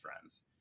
friends